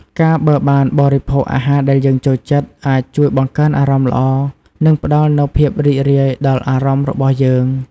ការបើបានបរិភោគអាហារដែលយើងចូលចិត្ត អាចជួយបង្កើនអារម្មណ៍ល្អ និងផ្តល់នូវភាពរីករាយដល់អារម្មណ៍របស់យើង។